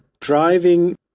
driving